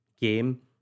game